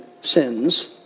sins